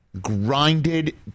grinded